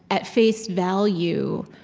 at face value,